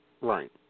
Right